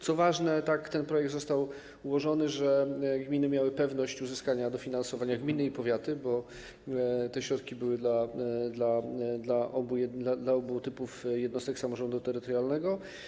Co ważne, ten projekt został tak ułożony, że gminy miały pewność uzyskania dofinansowania - gminy i powiaty, bo te środki były przeznaczone dla obu typów jednostek samorządu terytorialnego.